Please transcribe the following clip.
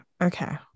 Okay